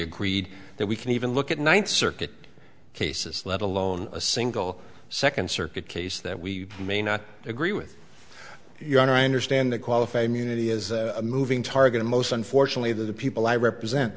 agreed that we can even look at ninth circuit cases let alone a single second circuit case that we may not agree with your honor i understand that qualified immunity is a moving target in most unfortunately the people i represent